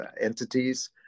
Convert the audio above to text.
entities